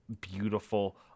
beautiful